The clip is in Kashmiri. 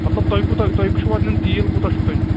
مطلب تۅہہِ کوٗتاہ تۅہہِ چھُوا نِیُن تیٖل کوٗتاہ چھُو تۅہہِ نِیُن